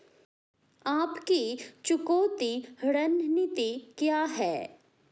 आपकी चुकौती रणनीति क्या है?